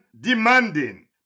demanding